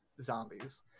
zombies